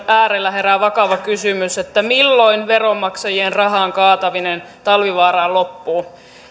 äärellä herää vakava kysymys milloin veronmaksajien rahan kaataminen talvivaaraan loppuu